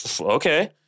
okay